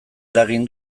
eragin